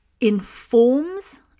informs